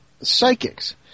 psychics